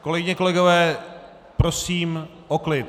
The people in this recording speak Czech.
Kolegyně, kolegové, prosím o klid.